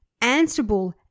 answerable